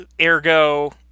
ergo